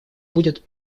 будет